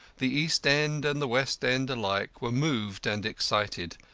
the east-end and the west-end alike were moved and excited,